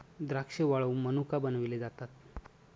द्राक्षे वाळवुन मनुका बनविले जातात